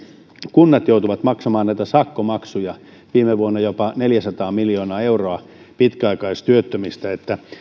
kunnat joutuvat maksamaan näitä sakkomaksuja viime vuonna jopa neljäsataa miljoonaa euroa pitkäaikaistyöttömistä niin